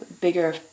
bigger